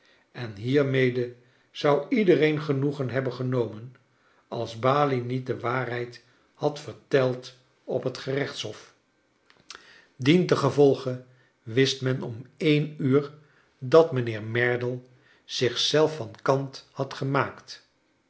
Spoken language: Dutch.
en hiermede zou iedereen genoegen hebben genomen als balie niet de wanrheid had verteld op het gerechtshof dicnkleine dorrit tengevolge wist men om en uur dat mijnheer merdle zich zelf van kant had gemaakt